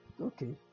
Okay